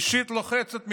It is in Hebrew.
אישית לוחצת,